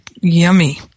yummy